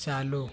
चालू